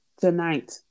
tonight